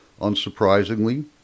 Unsurprisingly